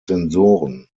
sensoren